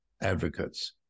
advocates